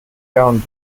count